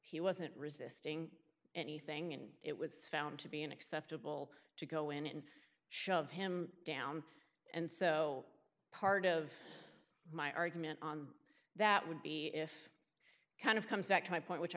he wasn't resisting anything and it was found to be an acceptable to go in and shove him down and so part of my argument on that would be if kind of comes back to my point which i